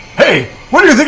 hey! what do you think